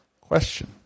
question